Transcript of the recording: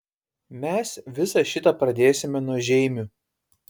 mes visą šitą pradėsime nuo žeimių